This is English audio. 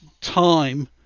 time